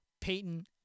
Peyton